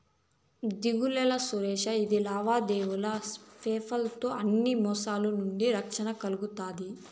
దిగులేలా సురేషా, ఇది లావాదేవీలు పేపాల్ తో అన్ని మోసాల నుంచి రక్షణ కల్గతాది